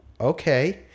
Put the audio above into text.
Okay